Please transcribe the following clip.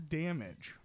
damage